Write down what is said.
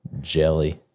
jelly